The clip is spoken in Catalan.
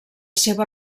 seva